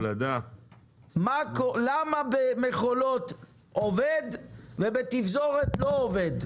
למה במכולות עובד ובתפזורת לא עובד?